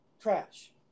Trash